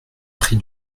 prix